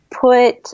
put